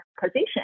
position